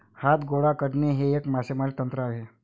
हात गोळा करणे हे एक मासेमारी तंत्र आहे